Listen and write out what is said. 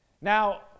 Now